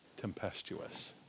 tempestuous